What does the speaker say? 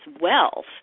wealth